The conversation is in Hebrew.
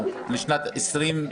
על התוספת.